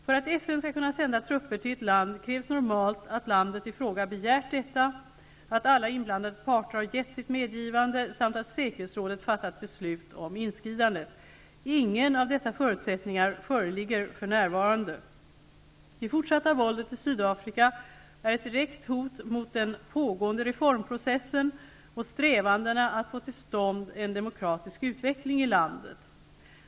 För att FN skall kunna sända trupper till ett land krävs normalt att landet i fråga begärt detta, att alla inblandade parter har gett sitt medgivande samt att säkerhetsrådet fattat beslut om inskridandet. Ingen av dessa förutsättningar föreligger för närvarande. Det fortsatta våldet i Sydafrika är ett direkt hot mot den pågående reformprocessen och strävandena att få till stånd en demokratisk utveckling i landet.